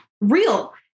real